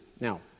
Now